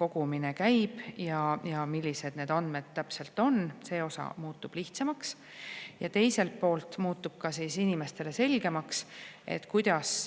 kogumine käib ja millised need andmed täpselt on. See osa muutub lihtsamaks. Ja teiselt poolt muutub inimestele selgemaks, kuidas